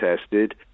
tested